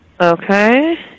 Okay